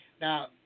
Now